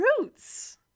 roots